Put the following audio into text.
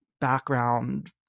background